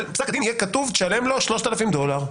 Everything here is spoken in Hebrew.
אבל בפסק הדין יהיה כתוב: תשלם לו 3,000 דולר.